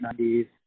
90s